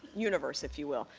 universe, if you will.